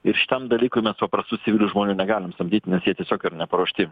ir šitam dalykui mes paprastų civilių žmonių negalim stabdyti nes jie tiesiog yra neparuošti